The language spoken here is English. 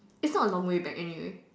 it's not a long way back anyway